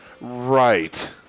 Right